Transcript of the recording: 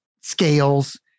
scales